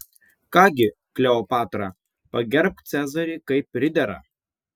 ką gi kleopatra pagerbk cezarį kaip pridera